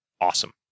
awesome